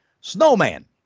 Snowman